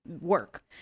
work